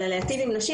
אלא להיטיב עם נשים,